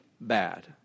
bad